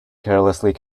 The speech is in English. carelessly